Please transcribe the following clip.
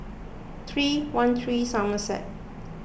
three one three Somerset